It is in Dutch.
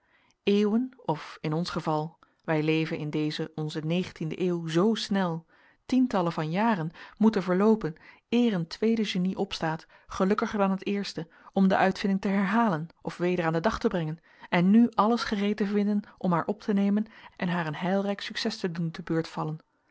eeuwen of in ons geval wij leven in tientallen van jaren moeten verloopen eer een tweede genie opstaat gelukkiger dan het eerste om de uitvinding te herhalen of weder aan den dag te brengen en nu alles gereed te vinden om haar op te nemen en haar een heilrijk succes te doen te beurt vallen